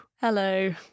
Hello